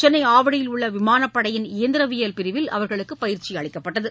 சென்னை ஆவடியில் உள்ள விமானப்படையின் இயந்திரவியல் பிரிவில் இவர்களுக்கு பயிற்சி அளிக்கப்பட்டது